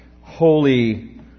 holy